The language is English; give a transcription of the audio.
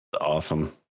Awesome